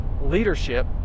leadership